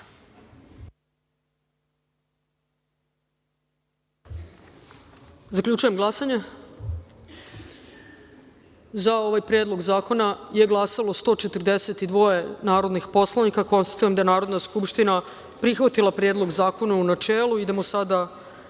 zakona. Zaključujem glasanje: za ovaj Predlog zakona je glasalo 142 narodnih poslanika. Konstatujem da je Narodna skupština prihvatila Predlog zakona, u načelu. Idemo